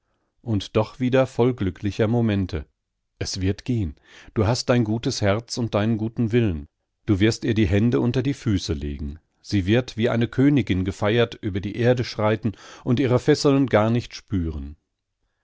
und doch wieder voll glücklicher momente es wird gehen du hast dein gutes herz und deinen guten willen du wirst ihr die hände unter die füße legen sie wird wie eine königin gefeiert über die erde schreiten und ihre fesseln gar nicht spüren